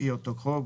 לפי אותו חוק,